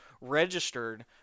registered